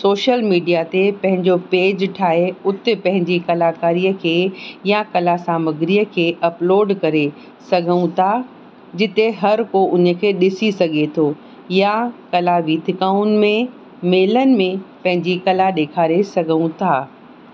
social media ते पंहिंजो page ठाहे उते पंहिंजी कलाकारीअ खे या कला सामग्रीअ खे अपलोड करे सघूं था जिते हर को उन खे ॾिसी सघे थो या कला वीथिकाउनि में मेलनि में पंहिंजी कला ॾेखारे सघूं था